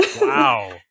Wow